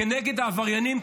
כנגד העבריינים,